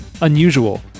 unusual